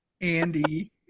Andy